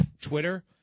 Twitter